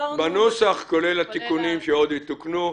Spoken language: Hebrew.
ראשונה, כולל התיקונים שעוד יתוקנו?